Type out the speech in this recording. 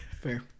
Fair